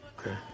Okay